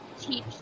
teach